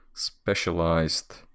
specialized